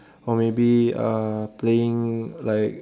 or maybe uh playing like